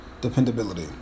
dependability